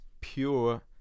pure